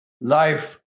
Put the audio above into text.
life